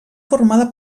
formada